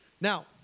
Now